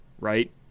right